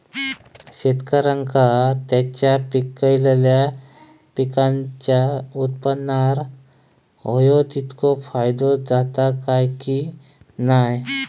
शेतकऱ्यांका त्यांचा पिकयलेल्या पीकांच्या उत्पन्नार होयो तितको फायदो जाता काय की नाय?